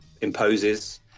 imposes